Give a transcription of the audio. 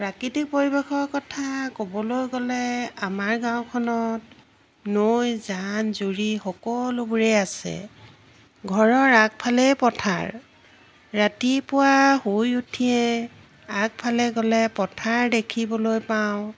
প্ৰাকৃতিক পৰিৱেশৰ কথা ক'বলৈ গ'লে আমাৰ গাঁওখনত নৈ জান জুৰি সকলোবোৰেই আছে ঘৰৰ আগফালেই পথাৰ ৰাতিপুৱা শুই উঠিয়েই আগফালে গ'লে পথাৰ দেখিবলৈ পাওঁ